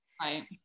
right